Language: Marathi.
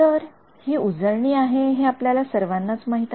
तर हि उजळणी आहे हे आपल्या सर्वाना माहिती आहे